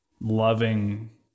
loving